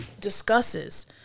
discusses